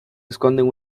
esconden